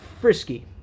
frisky